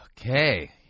okay